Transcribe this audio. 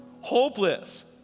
hopeless